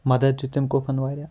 مَدَد دیُت تٔمۍ کُفَن واریاہ